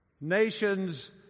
nations